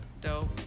Dope